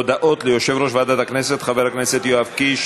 יושב-ראש ועדת הכנסת חבר הכנסת יואב קיש.